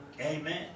Amen